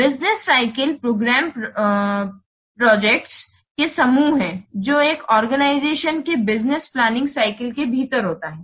business cycle programmes projects के समूह हैं जो एक आर्गेनाईजेशन के बिज़नेस प्लानिंग साइकिल के भीतर होता है